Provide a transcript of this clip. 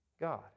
God